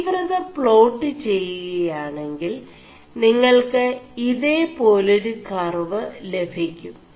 തീ4വത േgാƒ് െചgകയാെണ ിൽ നിÆൾ ് ഇേതേപാെലാരു കർവ് ലഭി ും